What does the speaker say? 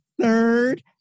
third